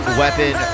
weapon